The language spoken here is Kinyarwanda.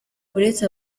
uretse